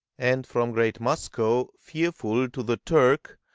and from great musco, fearful to the turk,